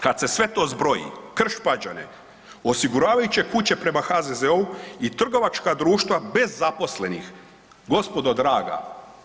Kada se sve to zbroji Krš-Pađene, osiguravajuće kuće prema HZZO-u i trgovačka društva bez zaposlenih, gospodo draga,